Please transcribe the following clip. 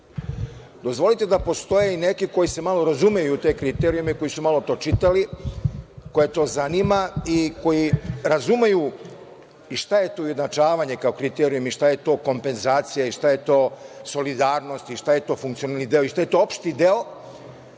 tako. Dozvolite da postoje i neki koji se malo razumeju u te kriterijume, koji su malo to čitali, koje to zanima i koji razumeju i šta je tu ujednačavanje kao kriterijum i šta je to kompenzacija i šta je to solidarnost i šta je to funkcionalni deo i šta je to opšti deo.